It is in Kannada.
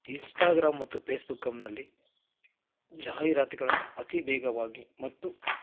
ಇನ್ಸ್ಟಾಗ್ರಾಮ್ ಮತ್ತು ಪೇಸ್ಬುಕ್ಕಮ್ನಲ್ಲಿ ಜಾಹೀರಾತುಗಳನ್ನು ಅತೀ ವೇಗವಾಗಿ ಮತ್ತು